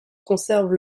conserve